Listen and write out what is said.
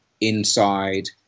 inside